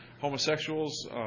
homosexuals